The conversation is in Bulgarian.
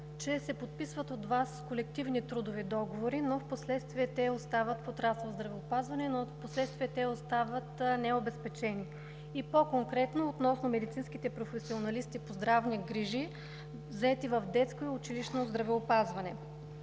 Вас се подписват колективни трудови договори, но впоследствие те остават в отрасъл „Здравеопазване“, остават необезпечени, и по-конкретно относно медицинските професионалисти по здравни грижи, заети в детското и училищното здравеопазване.